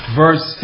verse